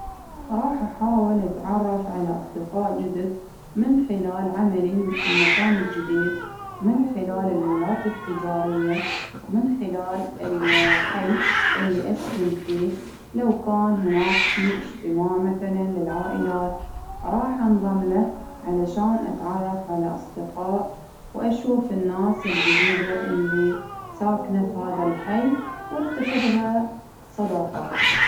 راح أحاول أتعرف على اصدقاء جدد من خلال عملي في المكان الجديد من خلال المولات التجارية ومن خلال الحي اللي أسكن فيه لو كان هناك في إجتماع مثلا للعائلات، راح أنضم له علشان أتعرف على أصدقاء وأشوف الناس الجديدة اللي ساكنة في هذا الحي، وأتخذها صداقات.